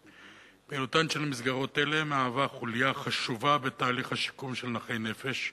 פעילותן של מסגרות אלה מהווה חוליה חשובה בתהליך השיקום של נכי הנפש,